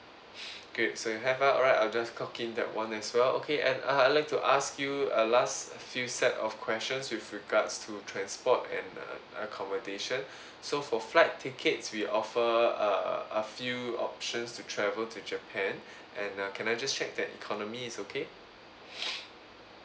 great so you'll have ah alright I'll just clock in that [one] as well okay and uh I'd like to ask you a last few set of questions with regards to transport and uh accommodation so for flight tickets we offer err a few options to travel to japan and uh can I just check that economy is okay